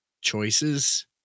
choices